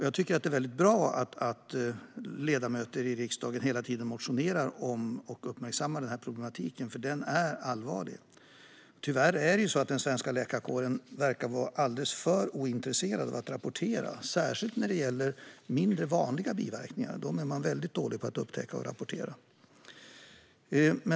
Jag tycker att det är väldigt bra att ledamöter i riksdagen hela tiden motionerar om och uppmärksammar problematiken, för den är allvarlig. Tyvärr verkar den svenska läkarkåren alldeles för ointresserad av att rapportera biverkningar, särskilt när det gäller de mindre vanliga. Dem är man väldigt dålig på att upptäcka och rapportera.